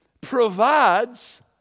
provides